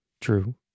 True